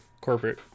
corporate